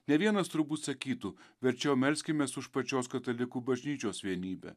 ne vienas turbūt sakytų verčiau melskimės už pačios katalikų bažnyčios vienybę